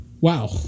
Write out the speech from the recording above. wow